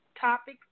topic